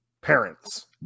parents